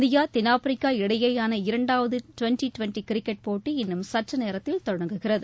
India தென்னாப்பிரிக்கா இடையேயான இரண்டாவது டுவென்டி டுவென்டி கிரிக்கெட் போட்டி இன்னும் சற்று நேரத்தில் தொடங்குகிறது